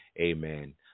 amen